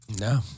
No